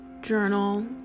journal